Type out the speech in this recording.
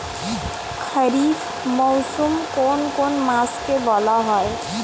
খারিফ মরশুম কোন কোন মাসকে বলা হয়?